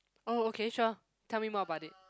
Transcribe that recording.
oh okay sure tell me more about it